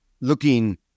looking